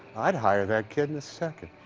i'd hire that kid in a second.